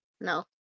no